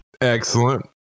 Excellent